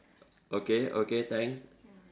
okay okay thanks